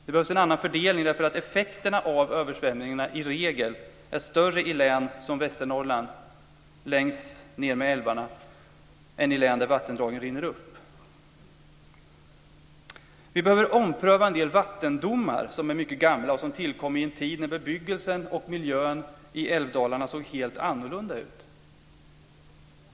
Det behövs en annan fördelning därför att effekterna av översvämningsskadorna i regel är större i sådana län som Västernorrland längs ned med älvarna än i län där vattendragen rinner upp. Vi behöver ompröva en del vattendomar som är mycket gamla och som tillkom i en tid när bebyggelsen och miljön i älvdalarna såg helt annorlunda ut.